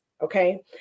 okay